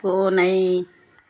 பூனை